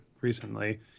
recently